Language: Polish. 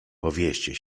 powieście